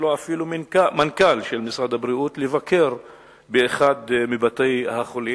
ואפילו לא מנכ"ל משרד הבריאות -לבקר באחד מבתי-החולים.